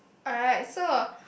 alright so